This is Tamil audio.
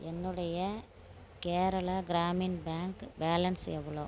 என்னுடைய கேரளா கிராமின் பேங்க் பேலன்ஸ் எவ்வளோ